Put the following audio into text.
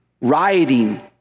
rioting